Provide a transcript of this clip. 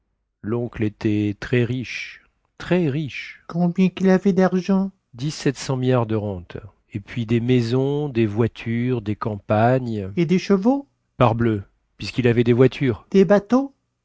loncle était très riche très riche combien quil avait dargent dix-sept cents milliards de rente et puis des maisons des voitures des campagnes et des chevaux parbleu puisquil avait des voitures des bateaux